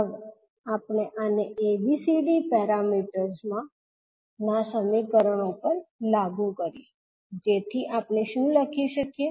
હવે આપણે આને ABCD પેરામીટર સમીકરણો પર લાગુ કરીએ જેથી આપણે શું લખી શકીએ